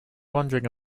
wondering